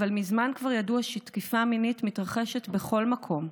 אבל מזמן כבר ידעו שתקיפה מינית מתרחשת בכל מקום: